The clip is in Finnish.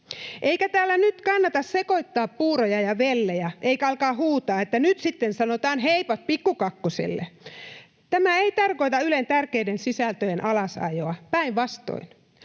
Eikä täällä nyt kannata sekoittaa puuroja ja vellejä eikä alkaa huutaa, että nyt sitten sanotaan heipat Pikku Kakkoselle. Tämä ei tarkoita Ylen tärkeiden sisältöjen alasajoa, päinvastoin.